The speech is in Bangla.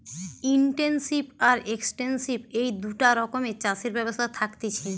ইনটেনসিভ আর এক্সটেন্সিভ এই দুটা রকমের চাষের ব্যবস্থা থাকতিছে